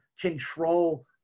control